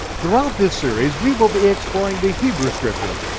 throughout this series, we will be exploring the hebrew scriptures,